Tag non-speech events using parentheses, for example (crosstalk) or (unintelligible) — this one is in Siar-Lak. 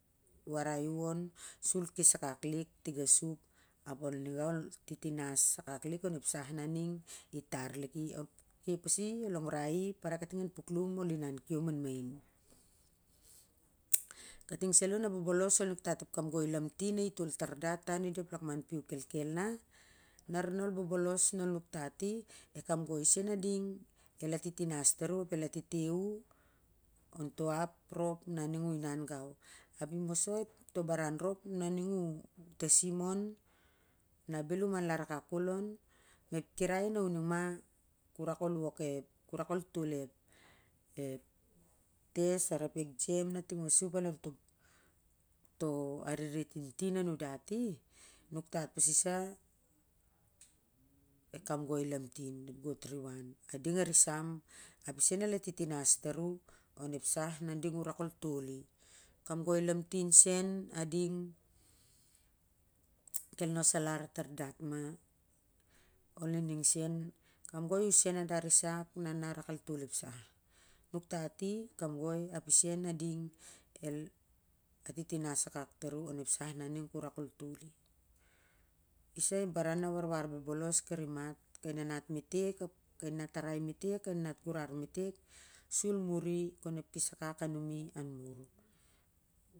Warai u on sul kes akak lik tiga sup ol niga ol titinas akak lik onep sah na ning itar lik i ap i el longrai i ap ol parai kating an puklum ol inan kiom an main. (noise) Kating salo nabobolos ol nuktat i na ep kamgoi lamtin (unintelligible) i akes tar dat on i da ep lakman piu kel kel na lar na bobolos nos nuktat i e kamgoi sen a ding el atitinas tar u (unintelligible) ap el tei u on to ap rop na u aning u inan gau ap i maso to baran rop on ep kirai nua ning ma nu rak ol tol ep tes aro e exam na ting sup on to arere tintin a nundati nuktat pasi sa e kamgoi lamtin god three one a ding a risam ep i sen el atitinas tar u onep sah na ding u rak al toli kamgoi lamtin sen a ding kel nos alar tar detma ol nining sen o i sen a da a risak na rak al tol ep sah nuktat i kamgoi sen a ding arisen onep sah na u rak ol toli sa ep baran na warwar bobolos karimat kai nanatmetek, kai nanat gurar metek kon (unintelligible) ep kes akak a namat i anmur.